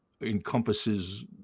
encompasses